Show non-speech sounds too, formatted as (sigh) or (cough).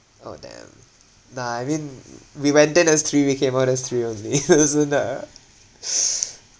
oh damn nah I mean w~ we went in as three we came out as three only (laughs) there wasn't a (noise)